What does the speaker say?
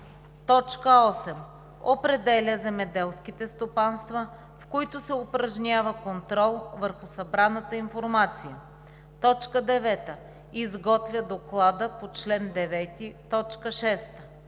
8. определя земеделските стопанства, в които се упражнява контрол върху събраната информация; 9. изготвя доклада по чл. 9,